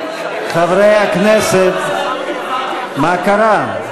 חברי הכנסת, מה קרה?